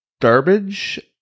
garbage